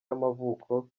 y’amavuko